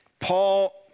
Paul